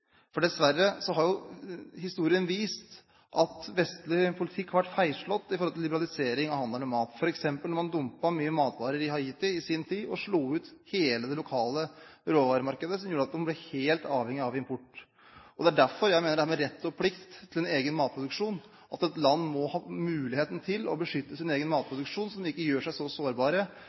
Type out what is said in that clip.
historien vist at vestlig politikk har vært feilslått når det gjelder liberalisering av handelen med mat – f.eks. da man i sin tid dumpet mange matvarer i Haiti og slo ut hele det lokale råvaremarkedet, som gjorde at de ble helt avhengig av import. Det er derfor jeg mener det er med rett og plikt til en egen matproduksjon at et land må ha muligheten til å beskytte sin egen matproduksjon, så de ikke gjør seg så sårbare